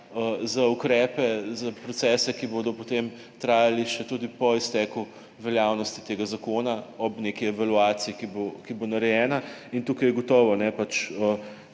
za ukrepe, za procese, ki bodo potem trajali še tudi po izteku veljavnosti tega zakona, ob neki evalvaciji, ki bo narejena. Tu je gotovo ta